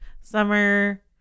Summer